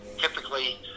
typically